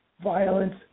Violence